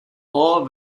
all